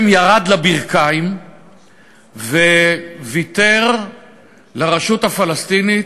ירד לברכיים וויתר לרשות הפלסטינית,